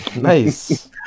Nice